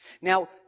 Now